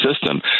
system